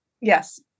yes